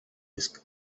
disc